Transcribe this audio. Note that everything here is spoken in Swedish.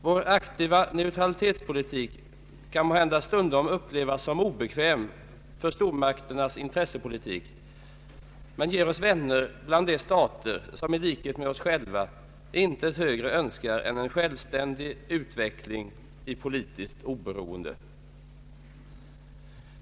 Vår aktiva neutralitetspolitik kan måhända stundom upplevas som obekväm för stormakternas intressepolitik, men ger oss vänner bland de stater som i likhet med oss själva intet högre önskar än en självständig utveckling i politiskt oberoende.